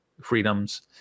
freedoms